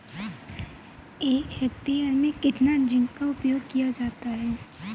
एक हेक्टेयर में कितना जिंक का उपयोग किया जाता है?